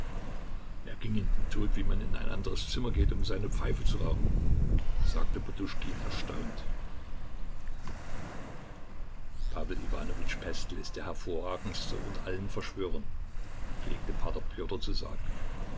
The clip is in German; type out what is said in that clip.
er ging in den tod wie man in ein anderes zimmer geht um seine pfeife zu rauchen sagte poduschkin erstaunt pawel iwanowitsch pestel ist der hervorragenste unter allen verschwörern pflegte p pjotr zu sagen